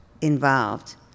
involved